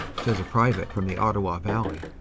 says a private from the ottawa valley.